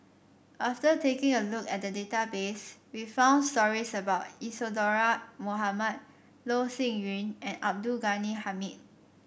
after taking a look at the database we found stories about Isadhora Mohamed Loh Sin Yun and Abdul Ghani Hamid